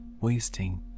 wasting